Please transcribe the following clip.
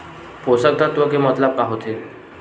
पोषक तत्व के मतलब का होथे?